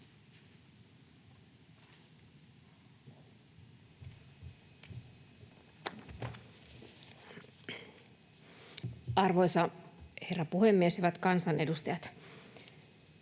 Arvoisa herra puhemies! Hyvät kansanedustajat!